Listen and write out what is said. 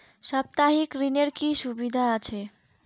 সাপ্তাহিক ঋণের কি সুবিধা আছে?